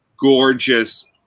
Gorgeous